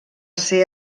ser